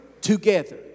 together